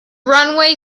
runway